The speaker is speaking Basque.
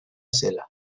zela